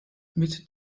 mit